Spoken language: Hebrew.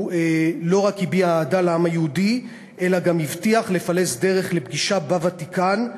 הוא לא רק הביע אהדה לעם היהודי אלא גם הבטיח לפלס דרך לפגישה בוותיקן.